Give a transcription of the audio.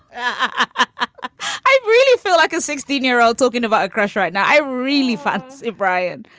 i really feel like a sixteen year old talking about a crush right now. i really fancy brian.